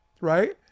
right